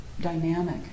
dynamic